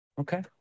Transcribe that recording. okay